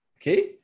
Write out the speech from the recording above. okay